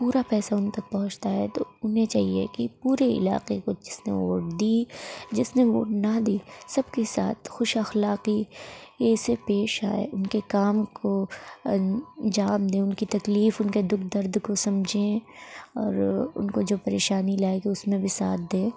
پورا پیسہ ان تک پہنچتا ہے تو انہیں چاہیے کہ پورے علاقے کو جس نے ووٹ دی جس نے ووٹ نہ دی سب کے ساتھ خوش اخلاقی سے پیش آئے ان کے کام کو جواب دیں ان کی تکلیف ان کے دکھ درد کو سمجھیں اور ان کو جو پریشانی لاحق ہے اس میں بھی ساتھ دیں